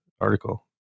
article